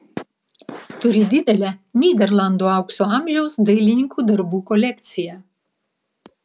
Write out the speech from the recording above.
turi didelę nyderlandų aukso amžiaus dailininkų darbų kolekciją